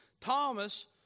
Thomas